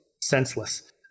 senseless